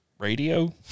Radio